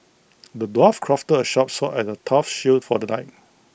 the dwarf crafted A sharp sword and A tough shield for the knight